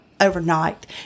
overnight